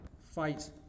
Fight